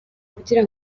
kugira